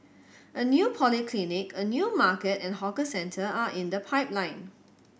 a new polyclinic a new market and hawker centre are in the pipeline